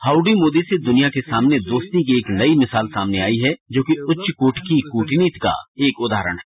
howdy Modi से दुनिया के सामने दोस्ती की एक नई मिसाल सामने आई है जोकि उच्चकोटि की कूटनीति का एक उदाहरण है